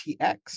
TX